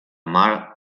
mar